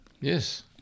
Yes